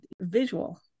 Visual